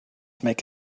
make